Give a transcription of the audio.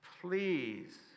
please